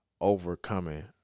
overcoming